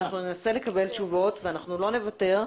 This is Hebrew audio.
אנחנו ננסה לקבל תשובות ולא נוותר.